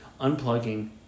unplugging